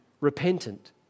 repentant